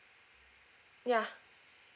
ya